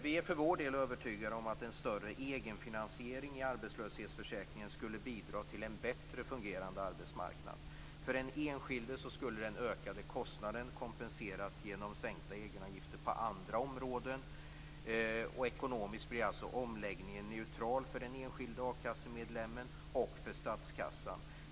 Vi för vår del är övertygade om att en större egenfinansiering av arbetslöshetsförsäkringen skulle bidra till en bättre fungerande arbetsmarknad. För den enskilde skulle den ökade kostnaden kompenseras genom sänkta egenavgifter på andra områden. Ekonomiskt blir alltså omläggningen neutral för den enskilde a-kassemedlemen och för statskassan.